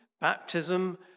baptism